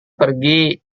pergi